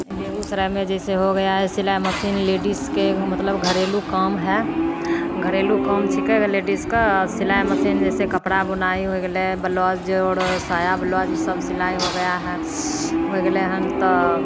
बेगुसरायमे जैसे हो गया हए सिलाइ मशीन लेडिजके मतलब घरेलू काम हइ घरेलू काम छिकै लेडिजके आओर सिलाइ मशीन जैसे कपड़ा बुनाइ होइ गेलय ब्लाउज आओर साया ब्लाउज ई सब सिलाइ हो गया है होइ गेलय हन तऽ